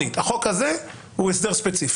החוק הזה הוא הסדר ספציפי.